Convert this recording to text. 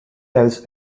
tells